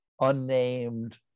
unnamed